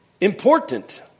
important